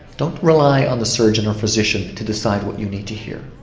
don't rely on the surgeon or physician to decide what you need to hear.